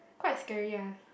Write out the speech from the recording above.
quite scary ah